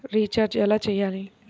Recharge ఎలా చెయ్యాలి?